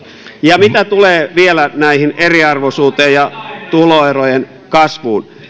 ja mitä tulee vielä eriarvoisuuteen ja tuloerojen kasvuun